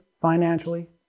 financially